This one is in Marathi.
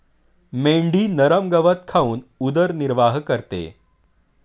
मेंढी नरम गवत खाऊन उदरनिर्वाह करते